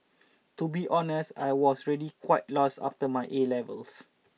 to be honest I was really quite lost after my A levels